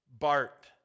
Bart